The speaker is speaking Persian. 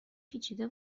پیچیده